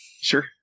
Sure